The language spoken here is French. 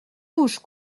bouche